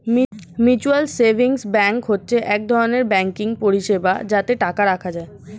mutual savings bank হচ্ছে এক ধরনের ব্যাঙ্কিং পরিষেবা যাতে টাকা রাখা যায়